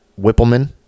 Whippleman